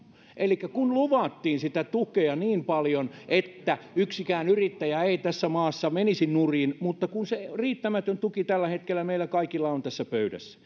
elikkä luvattiin sitä tukea niin paljon että yksikään yrittäjä tässä maassa ei menisi nurin mutta se riittämätön tuki on tällä hetkellä meillä kaikilla tässä pöydässä